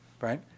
right